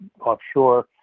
offshore